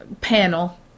panel